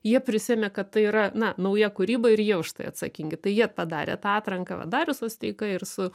jie prisiėmė kad tai yra na nauja kūryba ir jie už tai atsakingi tai jie tą darė tą atranką darius osteika ir su